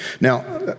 Now